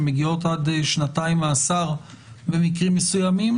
שמגיעות עד שנתיים מאסר במקרים מסוימים,